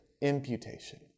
imputation